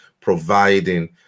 providing